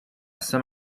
saint